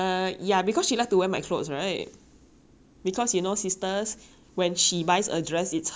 because you know sisters when she buys a dress it's hers but when I buy a dress it's our dress